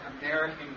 American